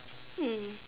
mm